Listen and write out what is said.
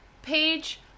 Page